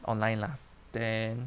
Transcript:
online lah then